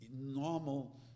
normal